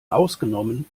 ausgenommen